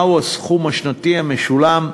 מהו הסכום השנתי המשולם.